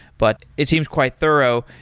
but it seems quite thorough.